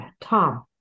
Tom